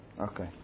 Okay